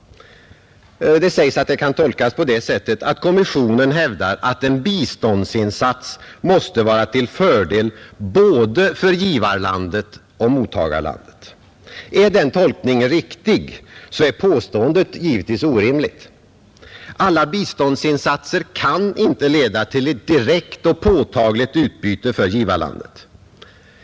Det sägs att det kan tolkas på det sättet att kommissionen hävdar att en biståndsinsats måste vara till fördel både för givarlandet och för mottagarlandet. Är den tolkningen riktig, är påståendet givetvis orimligt. Alla biståndsinsatser kan inte leda till ett direkt och påtagligt utbyte för givarlandet.